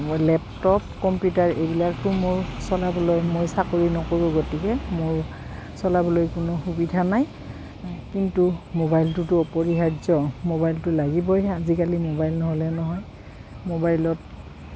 laptop computer এইবিলাকতো মোৰ চলাবলৈ মই চাকৰি নকৰোঁ গতিকে মোৰ চলাবলৈ কোনো সুবিধা নাই কিন্তু মোবাইলটোতো অপৰিহাৰ্য মোবাইলটো লাগিবই আজিকালি মোবাইল নহ'লে নহয় মোবাইলত